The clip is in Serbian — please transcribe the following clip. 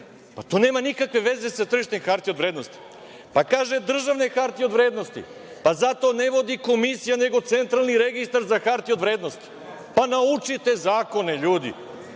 Pa, to nema nikakve veze sa tržištem hartija od vrednosti. Pa kaže - državne hartije od vrednosti, pa zato ne vodi komisija nego Centralni registar za hartije od vrednosti. Naučite zakone, ljudi.